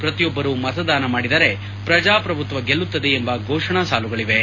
ಪ್ರತಿಯೊಬ್ಬರು ಮತದಾನ ಮಾಡಿದರೆ ಪ್ರಜಾಪ್ರಭುತ್ವ ಗೆಲ್ಲುತ್ತದೆ ಎಂಬ ಫೋಷಣಾ ಸಾಲುಗಳಿವೆ